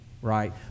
Right